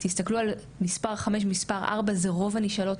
תסתכלו עם מספר חמש ומספר 4 זה רוב הנשאלות,